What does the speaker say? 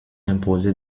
imposé